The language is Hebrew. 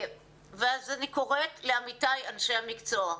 אני קוראת לעמיתי אנשי המקצוע,